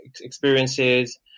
experiences